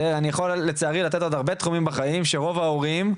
אני יכול לצערי גם לתת עוד הרבה תחומים בחיים שרוב ההורים,